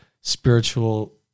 spiritual